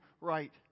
right